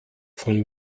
von